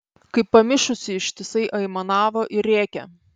kaip pamišusi ištisai aimanavo ir rėkė